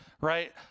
right